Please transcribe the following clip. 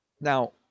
Now